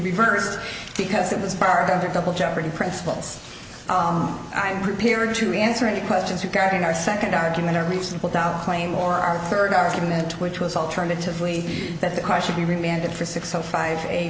reversed because it was part of the double jeopardy principles i'm prepared to answer any questions regarding our second argument or reasonable doubt claim or our third argument which was alternatively that the car should be remanded for six o five